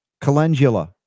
calendula